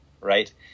right